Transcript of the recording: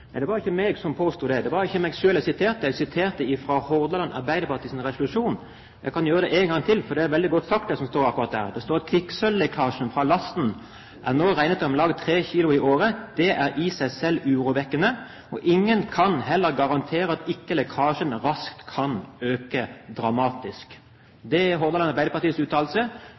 det var ikke jeg som påsto det – det var ikke meg selv jeg siterte. Jeg siterte fra Hordaland Arbeiderpartis resolusjon. Jeg kan gjøre det en gang til, for det som står der er veldig godt sagt: «Kvikksølvlekkasjen frå lasta er nå regnet til om lag 3 kilo i året. Det er i seg selv urovekkende, og ingen kan heller garantere at ikke lekkasjen raskt kan auka dramatisk.» Det er Hordaland Arbeiderpartis uttalelse.